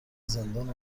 زندان